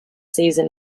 season